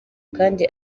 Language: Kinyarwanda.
kandi